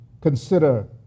consider